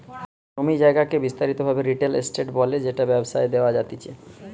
জমি জায়গাকে বিস্তারিত ভাবে রিয়েল এস্টেট বলে যেটা ব্যবসায় দেওয়া জাতিচে